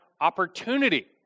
opportunity